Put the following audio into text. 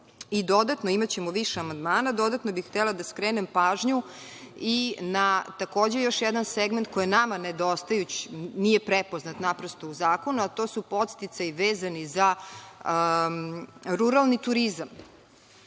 i dodatno, imaćemo više amandmana. Dodatno bih htela da skrenem pažnju na takođe jedan segment koji je nama nedostajući, nije prepoznat u zakonu, a to su podsticaji vezani za ruralni turizam.